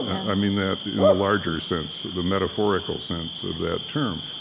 i mean that in the larger sense, the metaphorical sense of that term.